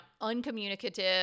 uncommunicative